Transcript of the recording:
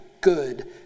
good